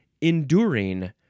enduring